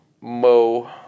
mo